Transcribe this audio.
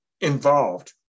involved